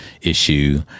issue